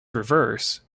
reverse